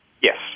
Yes